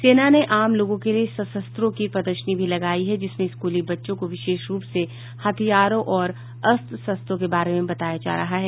सेना ने आम लोगों के लिए सशस्त्रों की प्रदर्शनी भी लगायी है जिसमें स्कूली बच्चों को विशेष रूप से हथियारों और अस्त्र शस्त्रों के बारे में बताया जा रहा है